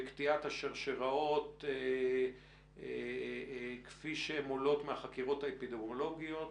בקטיעת השרשראות כפי שהן עולות מהחקירות האפידמיולוגיות